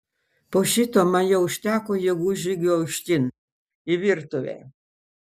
po šito man jau užteko jėgų žygiui aukštyn į virtuvę